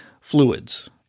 fluids